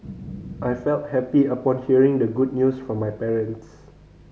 I felt happy upon hearing the good news from my parents